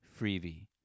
freebie